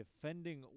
defending